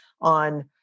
on